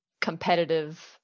competitive